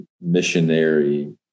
missionary